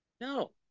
No